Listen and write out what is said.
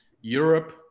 Europe